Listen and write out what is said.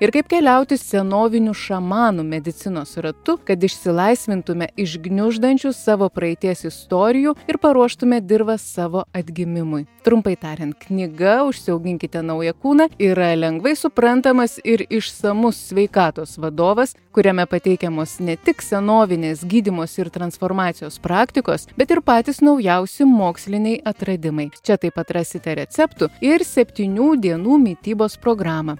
ir kaip keliauti senovinių šamanų medicinos ratu kad išsilaisvintume iš gniuždančių savo praeities istorijų ir paruoštume dirvą savo atgimimui trumpai tariant knyga užsiauginkite naują kūną yra lengvai suprantamas ir išsamus sveikatos vadovas kuriame pateikiamos ne tik senovinės gydymosi ir transformacijos praktikos bet ir patys naujausi moksliniai atradimai čia taip pat rasite receptų ir septynių dienų mitybos programą